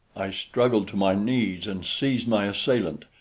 i struggled to my knees and seized my assailant,